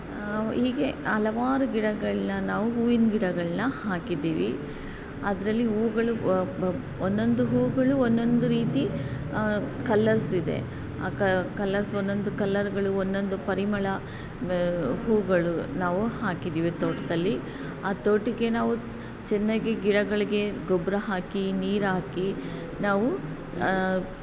ಹೀಗೆ ಹಲವಾರು ಗಿಡಗಳನ್ನು ನಾವು ಹೂವಿನ ಗಿಡಗಳನ್ನು ಹಾಕಿದ್ದೀವಿ ಅದರಲ್ಲಿ ಹೂವುಗಳು ಒಂದೊಂದು ಹೂವುಗಳು ಒಂದೊಂದು ರೀತಿ ಕಲರ್ಸ್ ಇದೆ ಆ ಕಲರ್ಸ್ ಒಂದೊಂದು ಕಲರುಗಳು ಒಂದೊಂದು ಪರಿಮಳ ಹೂವುಗಳು ನಾವು ಹಾಕಿದ್ದೀವಿ ತೋಟದಲ್ಲಿ ಆ ತೋಟಕ್ಕೆ ನಾವು ಚೆನ್ನಾಗೇ ಗಿಡಗಳಿಗೆ ಗೊಬ್ಬರ ಹಾಕಿ ನೀರು ಹಾಕಿ ನಾವು